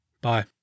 Bye